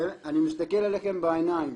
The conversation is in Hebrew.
אני מסתכל עליכם בעיניים.